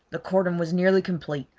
the cordon was nearly complete.